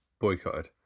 boycotted